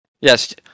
yes